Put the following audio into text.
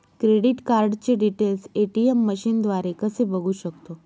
Credit कार्डचे details ATM मशीनद्वारे कसे बघू शकतो?